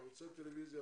ערוצי טלוויזיה,